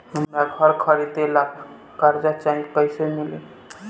हमरा घर खरीदे ला कर्जा चाही त कैसे मिली?